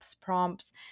prompts